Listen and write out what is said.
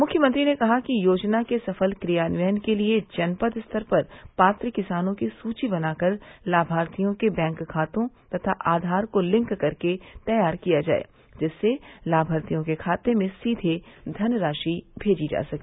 मुख्यमंत्री ने कहा कि योजना के सफल क्रियान्वयन के लिये जनपद स्तर पर पात्र किसानों की सूची बनाकर लाभार्थियों के बैंक खातों तथा आधार को लिंक करके तैयार कर लिया जाये जिससे लाभार्थियों के खातों में सीघे धनराशि भेजी जा सके